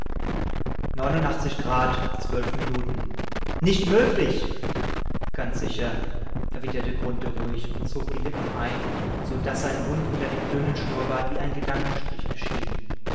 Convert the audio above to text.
neun minuten nicht möglich ganz sicher erwiderte grunthe ruhig und zog die lippen ein so daß sein mund unter dem dünnen schnurrbart wie ein gedankenstrich erschien